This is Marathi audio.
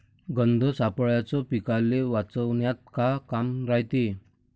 गंध सापळ्याचं पीकाले वाचवन्यात का काम रायते?